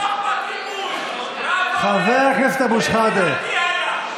חבר הכנסת אבו שחאדה,